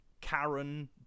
Karen